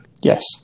Yes